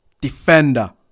Defender